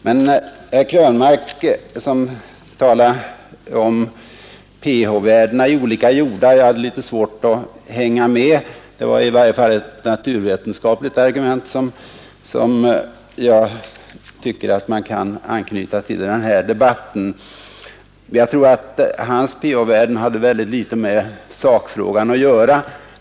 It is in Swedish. Herr Krönmark talar om pH-värden i olika jordar. Det var ett naturvetenskapligt argument, som jag tycker att man kan anknyta till i denna debatt. Men jag tror att hans pH-värden hade ytterst litet med sakfrågan att göra.